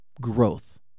growth